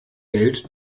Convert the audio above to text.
geld